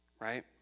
right